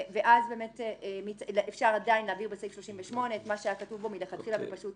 ואז אפשר עדיין להבהיר בסעיף 38 את מה שהיה כתוב בו מלכתחילה ופשוט